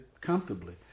comfortably